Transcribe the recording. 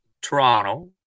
Toronto